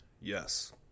yes